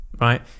right